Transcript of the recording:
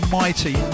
mighty